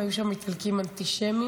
היו שם איטלקים אנטישמיים.